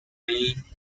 bay